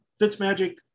Fitzmagic